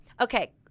okay